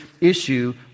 issue